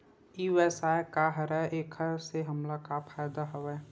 ई व्यवसाय का हरय एखर से हमला का फ़ायदा हवय?